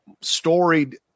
storied